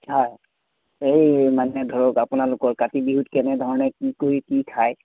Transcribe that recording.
হয় এই মানে ধৰক আপোনালোকৰ কাতি বিহুত কেনেধৰণে কি কৰি কি খায়